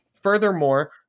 Furthermore